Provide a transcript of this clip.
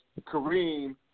Kareem